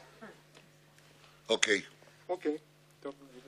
סיוע משמעותי לציבור